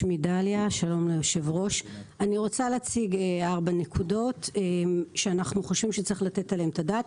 אני רוצה להציג ארבע נקודות שאנחנו חושבים שצריך לתת עליהן את הדעת.